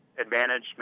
advantage